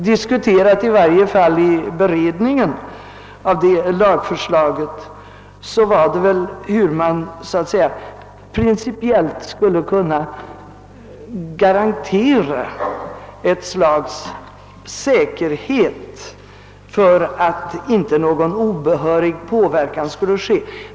Det andra som i varje fall vid beredningen av detta lagförslag särskilt diskuterades gällde hur man Pprincipiellt skulle kunna garantera ett slags säkerhet för att inte någon obehörig påverkan skall äga rum.